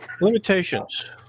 limitations